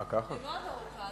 חבר הכנסת מולה,